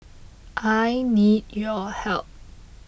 I need your help